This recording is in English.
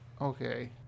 Okay